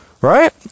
right